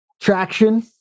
Traction